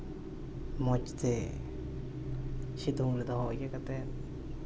ᱢᱚᱡᱽ ᱛᱮ ᱥᱤᱛᱩᱝ ᱨᱮ ᱫᱚᱦᱚ ᱤᱭᱟᱹ ᱠᱟᱛᱮᱫ